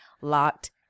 locked